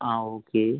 ആ ഓക്കെ